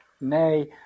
Nay